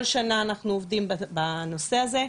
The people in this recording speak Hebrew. כל שנה אנחנו עובדים בנושא הזה.